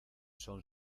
son